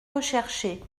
recherché